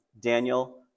Daniel